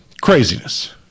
Craziness